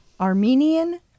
Armenian